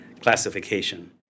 classification